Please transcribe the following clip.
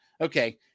Okay